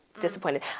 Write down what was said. Disappointed